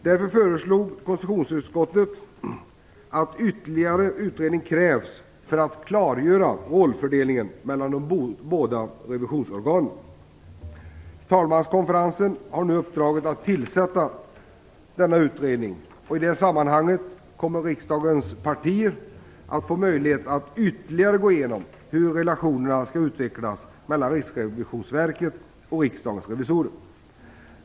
Därför föreslog konstitutionsutskottet ytterligare utredning för att klargöra rollfördelningen mellan de båda revisionsorganen. Talmanskonferensen har nu uppdraget att tillsätta denna utredning. I det sammanhanget kommer riksdagens partier att få möjlighet att ytterligare gå igenom hur relationerna skall utvecklas mellan Riksrevisionsverket och Riksdagens revisorer.